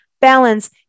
balance